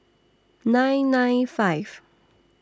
nine nine five